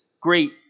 Great